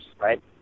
right